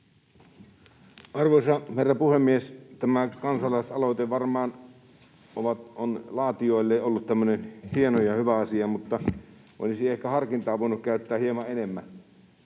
Arvoisa herra puhemies! Tämä kansalaisaloite varmaan on laatijoilleen ollut tämmöinen hieno ja hyvä asia, mutta olisi ehkä harkintaa voinut käyttää hieman enemmän.